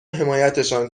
حمایتشان